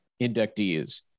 inductees